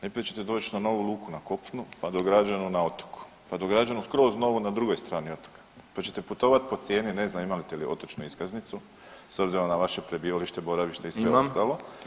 Najprije ćete doć na novu luku na kopnu, pa dograđenu na otoku, pa dograđenu skroz novu na drugoj strani otoka, pa ćete putovat po cijeni, ne znam imate li otočnu iskaznicu s obzirom na vaše prebivalište, boravište i sve ostalo.